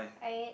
I